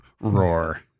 roar